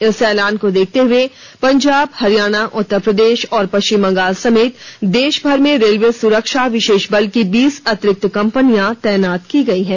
इस एलान को देखते हुए पंजाब हरियाणा उतर प्रदेश और पश्चिम बंगाल समेत देशभर मे रेलवे सुरक्षा विशेष बल की बीस अतिरिक्त कंपनियां तैनात की गई हैं